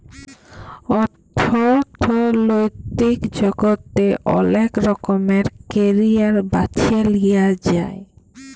অথ্থলৈতিক জগতে অলেক রকমের ক্যারিয়ার বাছে লিঁয়া যায়